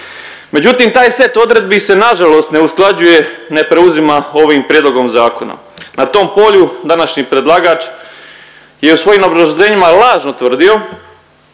Međutim taj set odredbi se nažalost ne usklađuje, ne preuzima ovim prijedlogom zakona. Na tom polju današnji predlagač je u svojim obrazloženjima lažno tvrdio